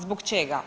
Zbog čega?